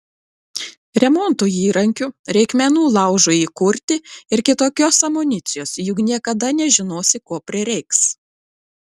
remonto įrankių reikmenų laužui įkurti ir kitokios amunicijos juk niekada nežinosi ko prireiks